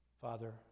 Father